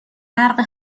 برق